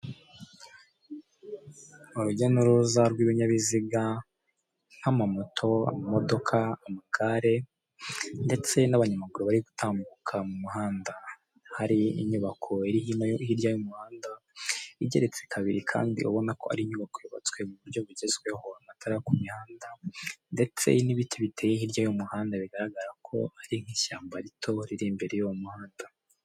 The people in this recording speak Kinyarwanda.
Urujya n'uruza rw'ibinyabiziga, nk'ama moto, ama modoka, amagare, ndetse n'abanyamaguru bari gutambuka mu muhanda, hari inyubako iri hino hirya y'umuhanda, igeretse kabiri kandi ubona ko ari inyubako yubatswe mu buryo bugezweho, amatara yo ku mihanda, ndetse n'ibiti biteye hirya y'umuhanda, bigaragara ko ari nk'ishyamba rito, riri imbere y'uwo muhanda.